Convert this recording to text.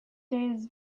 days